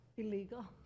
illegal